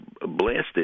blasted